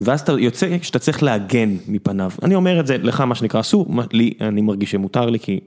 ואז אתה יוצא כשאתה צריך להגן, מפניו, אני אומר את זה לך מה שנקרא סו, לי אני מרגיש שמותר לי כי...